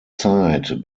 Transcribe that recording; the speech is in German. zeit